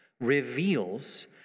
reveals